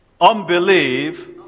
unbelief